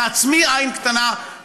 תעצמי עין קטנה,